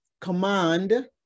command